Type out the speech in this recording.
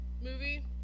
movie